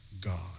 God